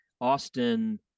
Austin